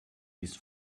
his